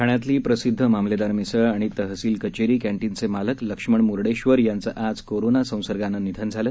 ठाण्यातली प्रसिदध मामलेदार मिसळ आणि तहसील कचेरी कँटीनचे मालक लक्ष्मण म्र्डेश्वर यांचं आज कोरोना संसर्गानं निधन झालं